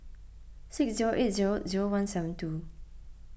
six zero eight zero zero one seven two